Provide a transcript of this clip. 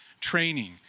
training